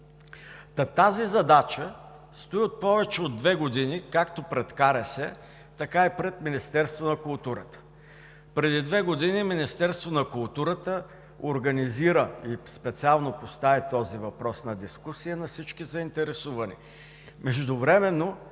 Тази задача стои повече от две години както пред КРС, така и пред Министерството на културата. Преди две години Министерството на културата организира, специално постави този въпрос на дискусия на всички заинтересовани.